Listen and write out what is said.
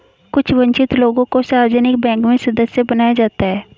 कुछ वन्चित लोगों को सार्वजनिक बैंक में सदस्य बनाया जाता है